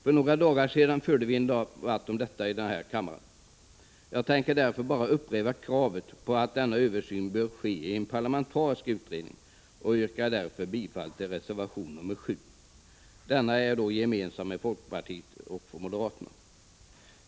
För några dagar sedan förde kammaren en debatt om denna. Jag tänker därför bara upprepa kravet på att den aviserade översynen skall ske i en parlamentarisk utredning och yrkar bifall till reservation nr 7. Denna är gemensam för folkpartiet och moderaterna.